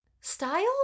style